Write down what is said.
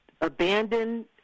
abandoned